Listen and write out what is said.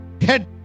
head